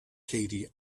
katie